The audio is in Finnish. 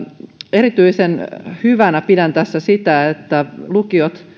erityisen hyvänä pidän tässä sitä että lukiot